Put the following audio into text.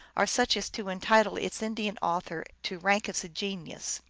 are such as to entitle its indian author to rank as a genius.